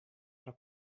tra